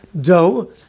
dough